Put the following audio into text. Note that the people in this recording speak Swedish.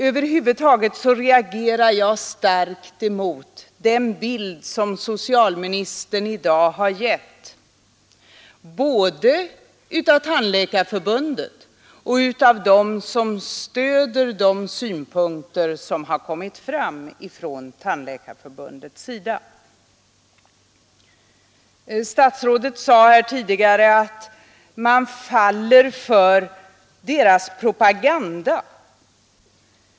Över huvud taget reagerar jag starkt emot den bild som socialministern i dag har gett både av Tandläkarförbundet och av dem som stöder de synpunkter som har kommit fram från Tandläkarförbundets sida. Statsrådet sade här tidigare att man faller för Tandläkarförbundets propaganda.